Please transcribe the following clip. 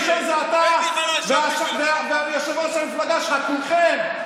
בגלל שאתה וחבריך מנאצים אותנו על בסיס יומי,